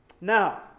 Now